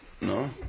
No